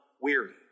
weary